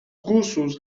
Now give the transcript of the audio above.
gossos